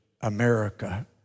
America